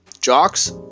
Jocks